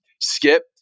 Skip